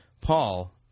Paul